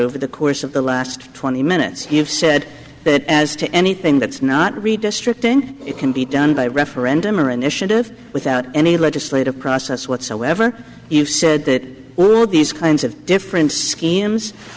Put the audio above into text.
over the course of the last twenty minutes you've said that as to anything that's not redistricting it can be done by referendum or initiative without any legislative process whatsoever you've said that these kinds of different schemes